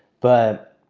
but,